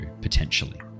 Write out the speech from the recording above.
potentially